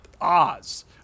Oz